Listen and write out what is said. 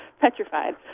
petrified